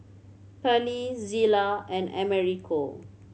Pallie Zela and Americo